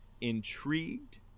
intrigued